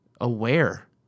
aware